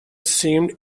seemed